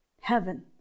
Heaven